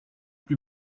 plus